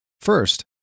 First